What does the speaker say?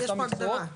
יש פה הגדרה.